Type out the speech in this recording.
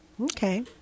Okay